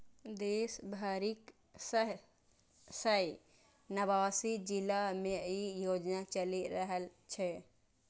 देश भरिक छह सय नवासी जिला मे ई योजना चलि रहल छै